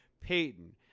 Peyton